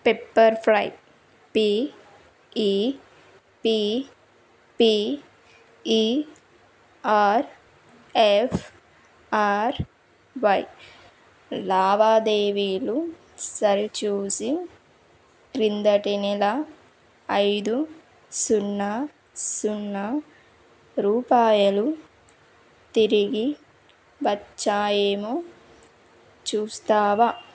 Pepperfry P E P P E R F R Y లావాదేవీలు సరిచూసి క్రిందటి నెల ఐదు సున్నా సున్నా రూపాయలు తిరిగి వచ్చాయేమో చూస్తావా